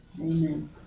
Amen